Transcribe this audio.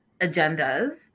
agendas